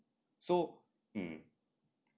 so um